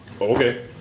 Okay